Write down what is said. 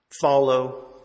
Follow